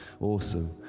awesome